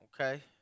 Okay